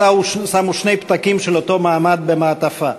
שמו שני פתקים של אותו מועמד במעטפה,